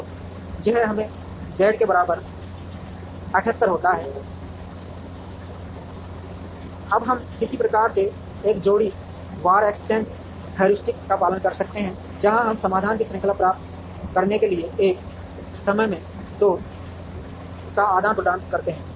तो यह हमें जेड के बराबर 78 देता है अब हम किसी प्रकार के एक जोड़ी वार एक्सचेंज हेयुरिस्टिक का पालन कर सकते हैं जहां हम समाधानों की श्रृंखला प्राप्त करने के लिए एक समय में दो का आदान प्रदान करते हैं